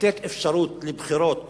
לתת אפשרות לבחירות